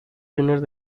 juniors